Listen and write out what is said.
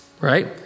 right